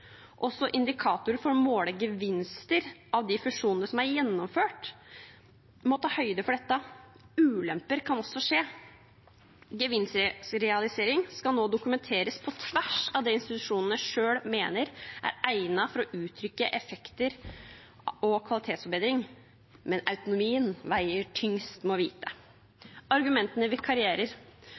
Også indikatorer for å måle gevinster av de fusjonene som er gjennomført, må ta høyde for dette. Ulemper kan også forekomme. Gevinstrealisering skal nå dokumenteres på tvers av det institusjonene selv mener er egnet for å uttrykke effekter og kvalitetsforbedring – men autonomien veier tyngst, må vite. Argumentene